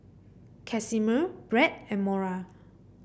Casimir Bret and Mora